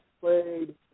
played